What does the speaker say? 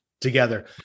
together